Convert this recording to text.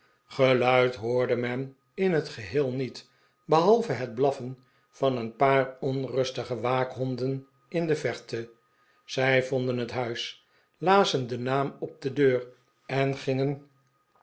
geluid hoorde men in het geheel niet behalve het blaffen van een paar onrustige waakhonden in de verte zij vonden het huis lazen den naam op de deur en gingen